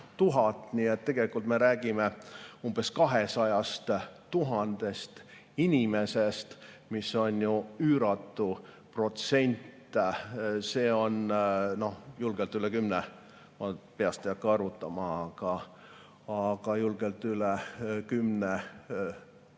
tegelikult me räägime umbes 200 000 inimesest, mis on ju üüratu protsent. See on julgelt üle 10%, ma peast ei hakka arvutama, aga julgelt üle 10%,